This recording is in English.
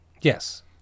Yes